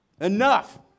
Enough